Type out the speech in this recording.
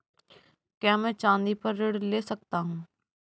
क्या मैं चाँदी पर ऋण ले सकता हूँ?